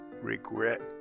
regret